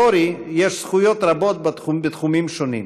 לאורי יש זכויות רבות בתחומים שונים.